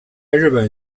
日本